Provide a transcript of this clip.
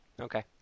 Okay